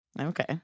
Okay